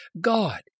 God